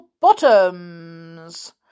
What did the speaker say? bottoms